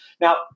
Now